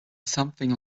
something